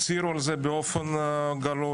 הצהירו על זה באופן גלוי.